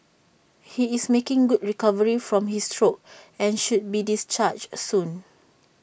he is making good recovery from his stroke and should be discharged A soon